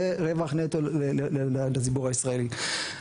זה רווח נטו לציבור הישראלי.